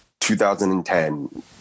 2010